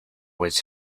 was